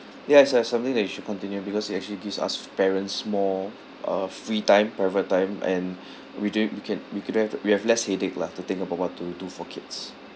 yes that's something that you should continue because it actually gives us parents more uh free time private time and we during we can we could have we have less headache lah to think about what to do for kids